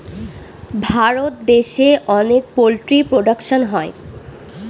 ভারত দেশে অনেক poultry production হয়